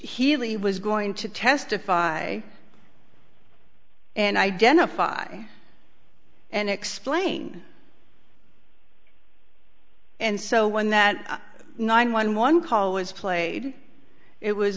healy was going to testify and identify and explain and so when that nine one one call was played it was